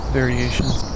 variations